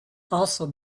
also